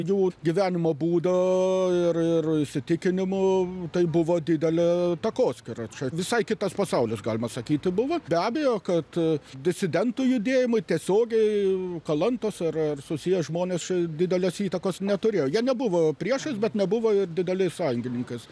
jų gyvenimo būdo ir ir įsitikinimu tai buvo didelė takoskyra čia visai kitas pasaulis galima sakyti buvo be abejo kad disidentų judėjimui tiesiogiai kalantos ar ar susiję žmonės čia didelės įtakos neturėjo jie nebuvo priešais bet nebuvo ir dideliais sąjungininkais